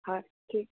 হয়